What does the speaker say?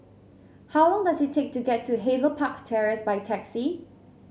how long does it take to get to Hazel Park Terrace by taxi